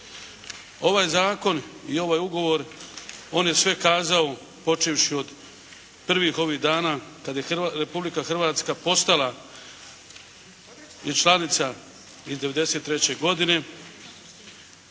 Ovaj zakon i ovaj ugovor, on je sve kazao počevši od prvih ovih dana kad je Republika Hrvatska postala i članica '93. godine.